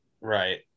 right